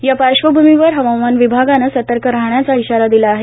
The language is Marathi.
या पार्श्वभूमीवर हवामान विभागानं सतर्क राहण्याचा इशारा दिला आहे